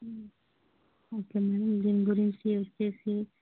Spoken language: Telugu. ఓకే మ్యామ్ దీని గురించి వచ్చేసి